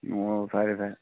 ꯑꯣ ꯐꯔꯦ ꯐꯔꯦ